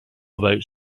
about